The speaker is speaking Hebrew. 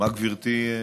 מה גברתי רוצה?